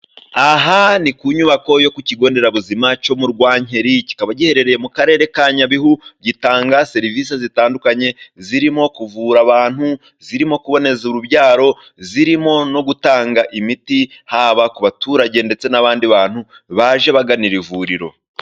Aha ni ku nyubako yo ku kigo nderabuzima cyo mu Rwankeri, kikaba giherereye mu karere ka Nyabihu, gitanga serivisi zitandukanye zirimo kuvura abantu zirimo kuboneza urubyaro, zirimo no gutanga imiti haba ku baturage, ndetse n'abandi bantu baje bagana iri vuriro.